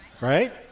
Right